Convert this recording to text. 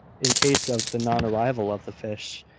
in case of the non-arrival of the fish.